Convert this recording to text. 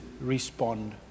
respond